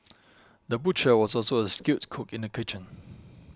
the butcher was also a skilled cook in the kitchen